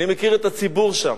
אני מכיר את הציבור שם,